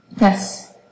Yes